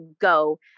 go